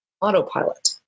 autopilot